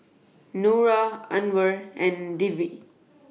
Nura Anuar and Dwi